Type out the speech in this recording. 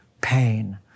pain